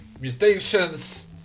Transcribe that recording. mutations